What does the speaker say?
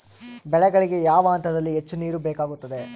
ಬೆಳೆಗಳಿಗೆ ಯಾವ ಹಂತದಲ್ಲಿ ಹೆಚ್ಚು ನೇರು ಬೇಕಾಗುತ್ತದೆ?